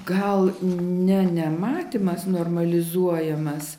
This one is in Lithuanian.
gal ne ne matymas normalizuojamas